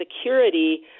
security